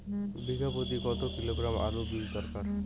বিঘা প্রতি কত কিলোগ্রাম আলুর বীজ দরকার?